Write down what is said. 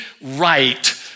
right